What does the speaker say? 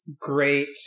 Great